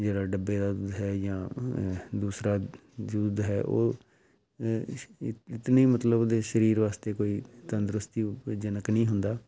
ਜਿਹੜਾ ਡੱਬੇ ਦਾ ਦੁੱਧ ਹੈ ਜਾਂ ਦੂਸਰਾ ਦੁੱਧ ਹੈ ਉਹ ਇ ਇਤਨੀ ਮਤਲਬ ਉਹਦੇ ਸਰੀਰ ਵਾਸਤੇ ਕੋਈ ਤੰਦਰੁਸਤੀ ਉਪਜਣਕ ਨਹੀਂ ਹੁੰਦਾ